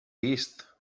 vist